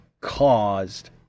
caused